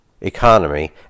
economy